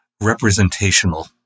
representational